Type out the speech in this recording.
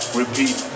repeat